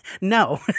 No